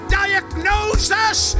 diagnosis